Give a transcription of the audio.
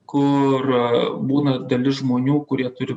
kur būna dalis žmonių kurie turi